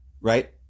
right